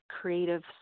creative